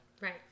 Right